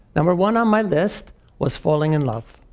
number one on my list was falling in love.